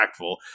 impactful